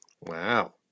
Wow